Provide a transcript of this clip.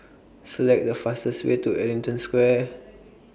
Select The fastest Way to Ellington Square